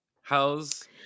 How's